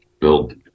build